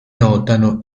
notano